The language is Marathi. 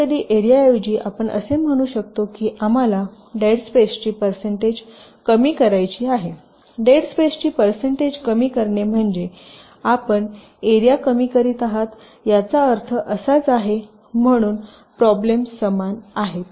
कधीकधी एरियाऐवजी आम्ही असे म्हणू शकतो की आम्हाला डेड स्पेसची परसेन्टेज कमी करायची आहे डेड स्पेसची परसेन्टेज कमी करणे म्हणजे आपण एरिया कमी करत आहात याचा अर्थ असाच आहे म्हणून प्रोब्लम समान आहेत